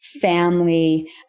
family